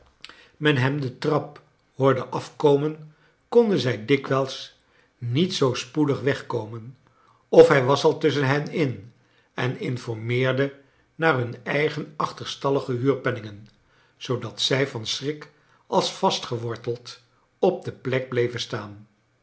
men hem kleine dorrit de trap hoorde afkomen konden zij dikwijls niet zoo spoedig wegkornen of hij was al tusschen hen in en informeerde naar hun eigen achterstallige huurpenningen zoodat zij van schrik als vastgeworteld op de plek bleven staan